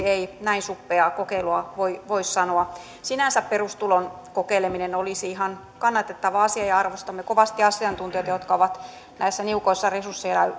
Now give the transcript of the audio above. ei näin suppeaa kokeilua voi sanoa sinänsä perustulon kokeileminen olisi ihan kannatettava asia ja arvostamme kovasti asiantuntijoita jotka ovat näissä niukoissa resursseissa